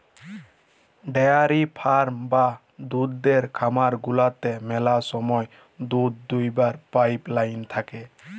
dairy farm বা দুহুদের খামার গুলাতে ম্যালা সময় দুহুদ দুয়াবার পাইপ লাইল থ্যাকে